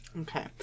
Okay